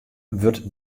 wurdt